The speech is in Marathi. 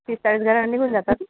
तीस चाळीस घरं निघून जातात